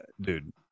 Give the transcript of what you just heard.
dude